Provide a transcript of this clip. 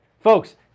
Folks